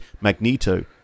Magneto